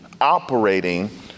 operating